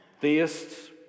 theists